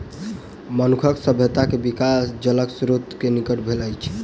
मनुखक सभ्यता के विकास जलक स्त्रोत के निकट भेल अछि